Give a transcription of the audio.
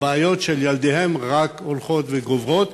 הבעיות של ילדיהם רק הולכות וגוברות,